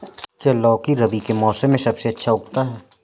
क्या लौकी रबी के मौसम में सबसे अच्छा उगता है?